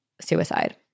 suicide